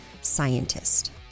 scientist